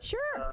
Sure